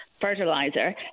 fertilizer